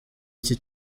iki